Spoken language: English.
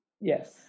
Yes